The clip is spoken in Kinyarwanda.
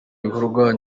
ibikorwa